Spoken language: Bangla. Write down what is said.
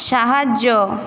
সাহায্য